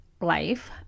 life